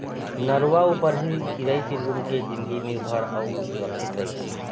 नरूवा ऊपर ही चिरई चिरगुन के जिनगी निरभर अउ सुरक्छित रहिथे